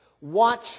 Watch